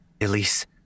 elise